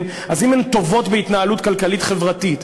אז אם הן טובות בהתנהלות כלכלית-חברתית,